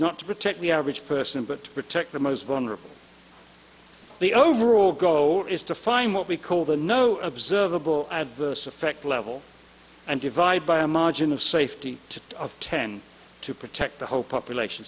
not to protect the average person but protect the most vulnerable the overall goal is to find what we call the no observable adverse effect level and divide by a margin of safety to tend to protect the whole population